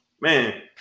man